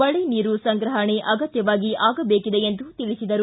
ಮಳೆ ನೀರು ಸಂಗ್ರಹಣೆ ಅಗತ್ಯವಾಗಿ ಆಗಬೇಕಿದೆ ಎಂದು ತಿಳಿಸಿದರು